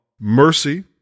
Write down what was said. mercy